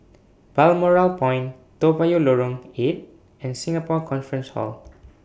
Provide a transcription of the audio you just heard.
Balmoral Point Toa Payoh Lorong eight and Singapore Conference Hall